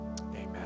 amen